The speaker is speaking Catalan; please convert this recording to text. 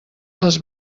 les